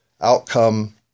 outcome